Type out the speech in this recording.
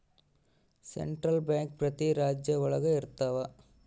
central bank ಪ್ರತಿ ರಾಜ್ಯ ಒಳಗ ಇರ್ತವ